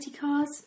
cars